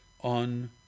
on